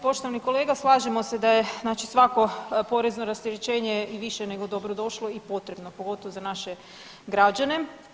Poštovani kolega, slažemo se da je znači svako porezno rasterećenje i više nego dobro došlo i potrebno pogotovo za naše građane.